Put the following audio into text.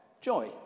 joy